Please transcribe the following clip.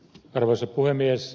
arvoisa puhemies